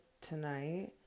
tonight